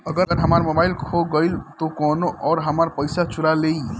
अगर हमार मोबइल खो गईल तो कौनो और हमार पइसा चुरा लेइ?